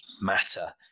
matter